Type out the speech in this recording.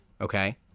okay